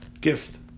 gift